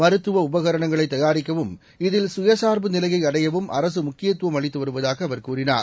மருத்துவஉபகரணங்களைத் தயாரிக்கவும் இதில் குயசார்பு நிலையைஅடையவும் அரசுமுக்கியத்துவம் அளித்துவருவதாகஅவர் கூறினார்